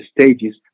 stages